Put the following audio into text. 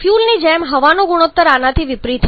ફ્યુઅલની જેમ હવાનો ગુણોત્તર આનાથી વિપરીત હશે